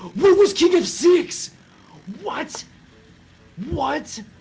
what was king of six what what